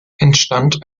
entstand